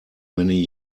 many